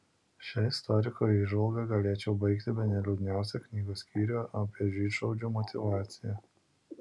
šia istoriko įžvalga galėčiau baigti bene liūdniausią knygos skyrių apie žydšaudžių motyvaciją